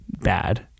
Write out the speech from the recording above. Bad